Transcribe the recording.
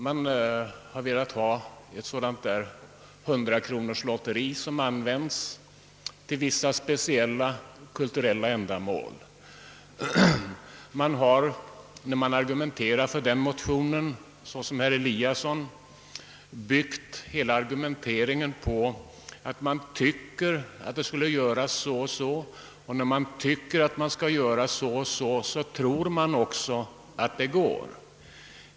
Man har velat ha ett sådant hundrakronorslotteri som används för vissa kulturella ändamål. När man som herr Eliasson i Sundborn bygger hela argumentationen för motionen på att man tycker att man skall göra så och så, tror man väl att det också går att genomföra det.